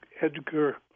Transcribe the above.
Edgar